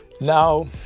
Now